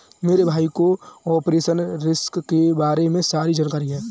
मेरे भाई को ऑपरेशनल रिस्क के बारे में सारी जानकारी है